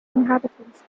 inhabitants